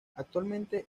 actualmente